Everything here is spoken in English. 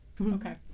Okay